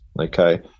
okay